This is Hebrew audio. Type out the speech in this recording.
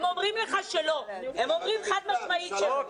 הם אומרים לך שלא, הם אומרים חד-משמעית שלא.